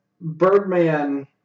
Birdman